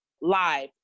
live